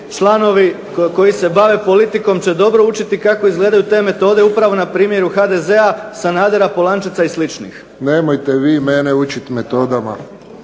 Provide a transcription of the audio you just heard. članovi koji se bave politikom će dobro učiti kako izgledaju te metode upravo na primjeru HDZ-a, Sanadera, Polančeca i sličnih. **Friščić, Josip